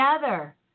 together